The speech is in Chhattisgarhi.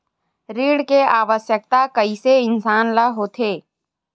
ऋण के आवश्कता कइसे इंसान ला होथे?